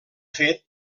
fet